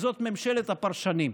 כי זו ממשלת הפרשנים.